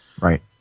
Right